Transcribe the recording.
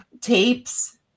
tapes